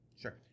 Sure